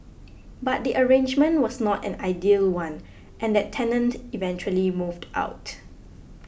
but the arrangement was not an ideal one and that tenant eventually moved out